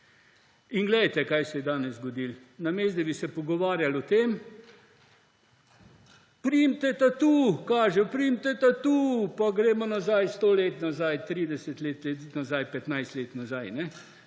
Poglejte, kaj se je danes zgodilo. Namesto da bi se pogovarjali o tem – »primite tatu«, kažejo, »primite tatu«, pa gremo nazaj sto let nazaj, 30 let nazaj, 15 let nazaj.